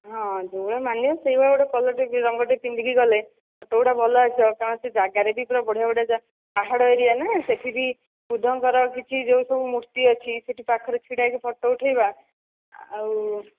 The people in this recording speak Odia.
ହଁ ଯେଉଁ ଭଳିଆ ମାନିବ ସେହି ଭଳିଆ ଗୋଟେ କଲର୍ଟେ ରଙ୍ଗଟେ ପିନ୍ଧିକି ଗଲେ ଫଟୋଗୁଡ଼ା ଭଲ ଆସିବ କାରଣ ସେ ଜାଗାରେ ବି ପୁରା ବଢ଼ିଆ ବଢ଼ିଆ ପାହାଡ଼ ଏରିଆ ନା ସେଇଠି ବି ବୁଦ୍ଧଙ୍କର କିଛି ଯେଉଁ ସବୁ ମୂର୍ତ୍ତି ଅଛି ସେଇଠି ପାଖରେ ଛିଡ଼ା ହୋଇକି ଫଟୋ ଉଠାଇବା ଆଉ